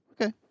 Okay